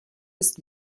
ist